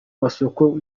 masoko